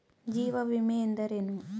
ಜೀವ ವಿಮೆ ಎಂದರೇನು?